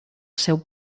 seu